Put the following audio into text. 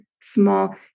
small